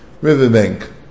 riverbank